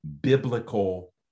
biblical